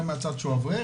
גם מהצד שהוא אברך